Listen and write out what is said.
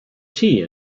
tea